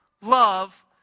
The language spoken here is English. love